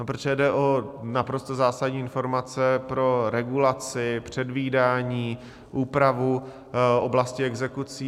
Protože jde o naprosto zásadní informace pro regulaci, předvídání, úpravu oblasti exekucí.